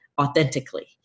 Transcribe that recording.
authentically